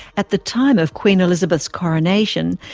at the time of queen elizabeth's coronation,